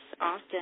often